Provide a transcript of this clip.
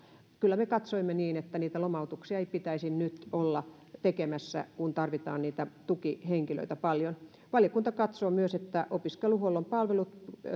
kyllä me katsoimme niin että niitä lomautuksia ei pitäisi nyt olla tekemässä kun tarvitaan niitä tukihenkilöitä paljon valiokunta katsoo myös että opiskeluhuollon palvelut